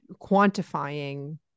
quantifying